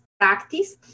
practice